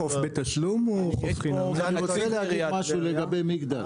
אני רוצה להגיד משהו לגבי מגדל.